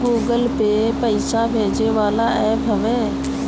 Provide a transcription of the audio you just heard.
Google Pay भी पईसा भेजे वाला एप्प हवे